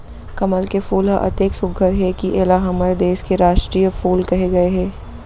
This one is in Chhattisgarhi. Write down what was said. कमल के फूल ह अतेक सुग्घर हे कि एला हमर देस के रास्टीय फूल कहे गए हे